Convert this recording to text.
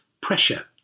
pressure